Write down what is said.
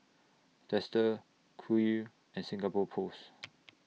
Dester Qoo and Singapore Post